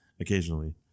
occasionally